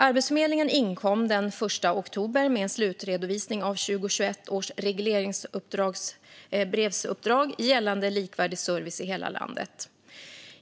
Arbetsförmedlingen inkom den 1 oktober med en slutredovisning av 2021 års regleringsbrevsuppdrag gällande likvärdig service i hela landet.